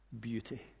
beauty